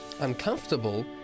Uncomfortable